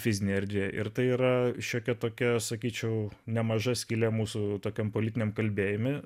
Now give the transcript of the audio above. fizinėje erdvėje ir tai yra šiokia tokia sakyčiau nemaža skylė mūsų tokiam politiniam kalbėjimui